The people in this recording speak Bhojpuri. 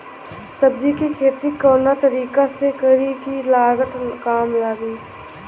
सब्जी के खेती कवना तरीका से करी की लागत काम लगे?